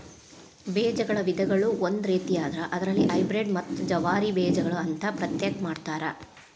ಬೇಜಗಳ ವಿಧಗಳು ಒಂದು ರೇತಿಯಾದ್ರ ಅದರಲ್ಲಿ ಹೈಬ್ರೇಡ್ ಮತ್ತ ಜವಾರಿ ಬೇಜಗಳು ಅಂತಾ ಪ್ರತ್ಯೇಕ ಮಾಡತಾರ